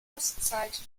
ostseite